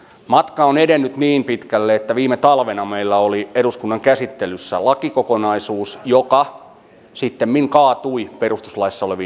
matka on edennyt niin pitkälle että viime talvena meillä oli eduskunnan käsittelyssä lakikokonaisuus joka sittemmin kaatui perustuslaissa oleviin ongelmiin